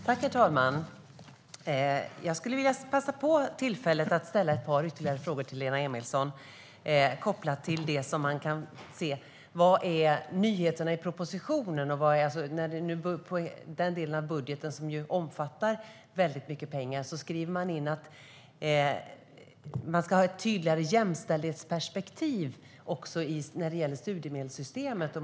Herr talman! Jag vill passa på tillfället att ställa ett par ytterligare frågor till Lena Emilsson kopplat till vad som är nyheterna i propositionen. För den delen av budgeten, som omfattar väldigt mycket pengar, skriver man att man ska ha ett tydligare jämställdhetsperspektiv också när det gäller studiemedelssystemet.